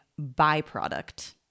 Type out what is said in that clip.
byproduct